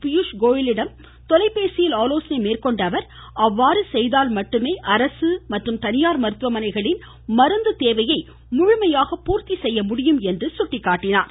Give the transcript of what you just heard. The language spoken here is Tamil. பியூஷ் கோயலிடம் தொலைபேசியில் ஆலோசனை மேற்கொண்ட அவர் அவ்வாறு செய்தால் மட்டுமே அரசு மற்றும் தனியார் மருத்துவமனைகளின் மருந்து தேவையை முழுமையாக நிறைவு செய்ய முடியும் என்று வலியுறுத்தியுள்ளார்